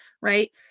right